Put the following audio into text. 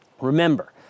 Remember